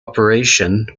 operation